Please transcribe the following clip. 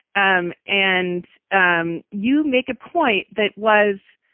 um and um you make a point that was